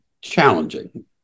challenging